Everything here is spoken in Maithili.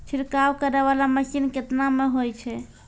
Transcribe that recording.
छिड़काव करै वाला मसीन केतना मे होय छै?